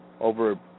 over